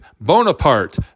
Bonaparte